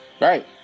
right